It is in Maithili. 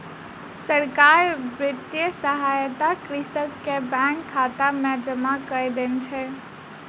सरकार वित्तीय सहायता कृषक के बैंक खाता में जमा कय देने छै